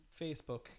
Facebook